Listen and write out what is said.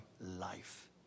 life